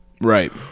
right